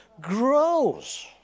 grows